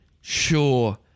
Sure